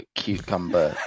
cucumber